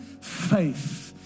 faith